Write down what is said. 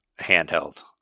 handheld